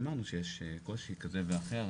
אמרנו שיש קושי כזה ואחר.